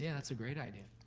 yeah that's a great idea.